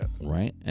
Right